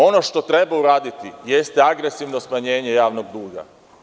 Ono što treba uraditi jeste agresivno smanjenje javnog duga.